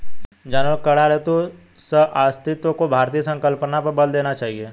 जानवरों के कल्याण हेतु सहअस्तित्व की भारतीय संकल्पना पर बल देना चाहिए